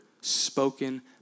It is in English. spoken